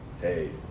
hey